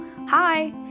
Hi